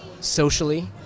socially